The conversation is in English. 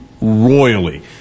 royally